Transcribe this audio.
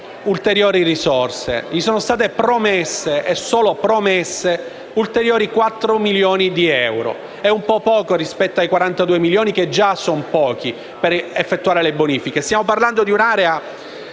ulteriori risorse. Gli sono stati promessi - e solo promessi - ulteriori quattro milioni di euro: è un po' poco rispetto ai 42 milioni, che già sono pochi, per effettuare le bonifiche. Stiamo parlando di un'area